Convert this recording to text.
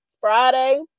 Friday